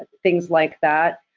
and things like that.